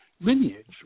lineage